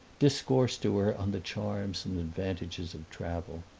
discoursed to her on the charms and advantages of travel.